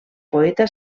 poeta